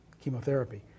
chemotherapy